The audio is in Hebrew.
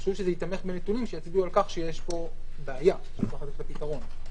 חשוב שזה ייתמך בנתונים שיצביעו על כך שיש פה בעיה שצריך לתת לה פתרון.